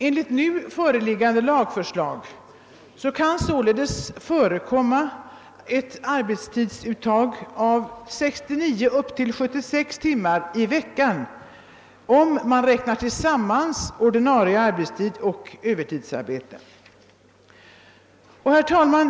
Enligt nu gällande lagförslag kan det förekomma ett arbetstidsuttag på 69 och upp till 76 timmar i veckan om man sammanräknar ordinarie arbetstid och tid för övertidsarbete.